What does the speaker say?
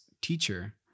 teacher